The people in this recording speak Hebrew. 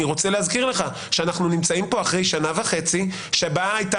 אני רוצה להזכיר לך שאנחנו נמצאים פה אחרי שנה וחצי שבה הייתה